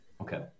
Okay